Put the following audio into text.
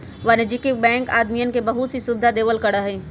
वाणिज्यिक बैंकवन आदमी के बहुत सी सुविधा देवल करा हई